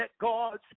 God's